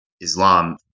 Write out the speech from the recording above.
Islam